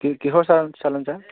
কি কিহৰ চালান চালান ছাৰ